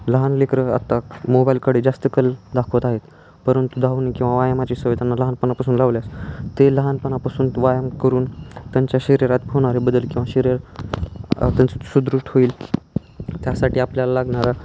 लहान लेकरं आत्ता मोबाईलकडे जास्त कल दाखवत आहेत परंतु धावणे किंवा व्यायामाची सवय त्यांना लहानपणापासून लावल्यास ते लहानपणापासून व्यायाम करून त्यांच्या शरीरात होणारे बदल किंवा शरीर त्यांच सुदृढ होईल त्यासाठी आपल्याला लागणारा